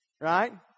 Right